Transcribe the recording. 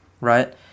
right